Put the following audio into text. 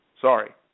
Sorry